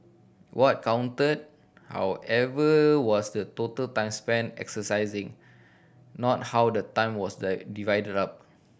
what counted however was the total time spent exercising not how the time was that divided up